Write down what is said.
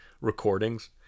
recordings